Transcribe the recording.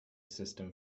system